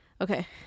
okay